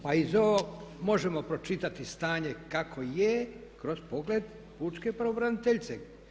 Pa iz ovog možemo pročitati stanje kako je kroz pogled pučke pravobraniteljice.